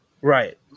right